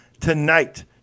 tonight